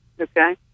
Okay